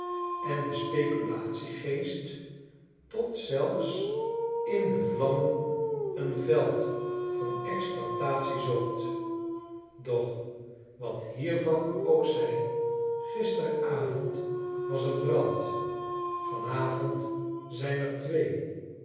en de speculatiegeest tot zelfs in de vlammen een veld van exploitatie zocht doch wat hier van ook zij gisteravond was er brand van avond zyn er twee